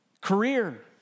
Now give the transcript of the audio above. career